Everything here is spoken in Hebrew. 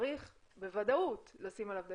צריך בוודאות לשים עליו דגש,